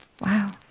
Wow